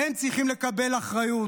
הם צריכים לקבל אחריות.